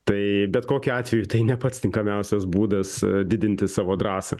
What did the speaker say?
tai bet kokiu atveju tai ne pats tinkamiausias būdas didinti savo drąsą